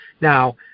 Now